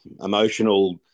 emotional